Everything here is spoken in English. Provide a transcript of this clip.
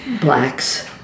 blacks